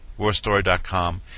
WarStory.com